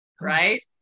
right